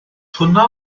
hwnna